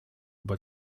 über